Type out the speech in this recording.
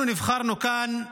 אנחנו נבחרנו כאן לכנסת,